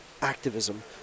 activism